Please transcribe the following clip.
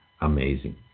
amazing